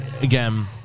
Again